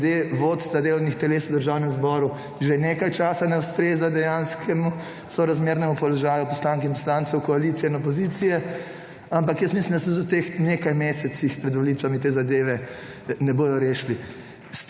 glede vodstva delovnih teles v Državnem zboru že nekaj časa ne ustreza dejanskemu sorazmernemu položaju poslank in poslancev koalicije in opozicije, ampak jaz mislim, da so tudi v teh nekaj mesecih pred volitvami te zadeve ne bodo rešili.